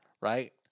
right